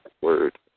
word